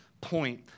point